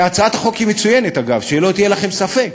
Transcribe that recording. והצעת החוק היא מצוינת, אגב, שלא יהיה לכם ספק.